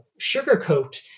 sugarcoat